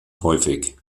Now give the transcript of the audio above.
häufig